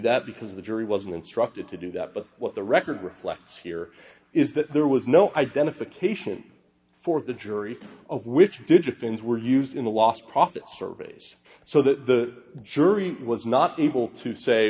that because the jury was instructed to do that but what the record reflects here is that there was no identification for the jury of which digit things were used in the last profit surveys so the jury was not able to say